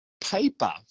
paper